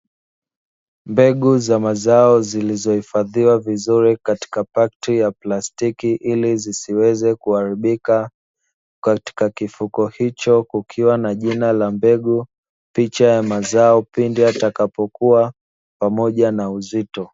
Mbegu za mazao zilizohifadhiwa vizuri katika pakiti ya plastiki ili zisiweze kuharibika. Katika kifuko hicho kukiwa na jina la mbegu, picha ya mazao pindi yatakapokua pamoja na uzito.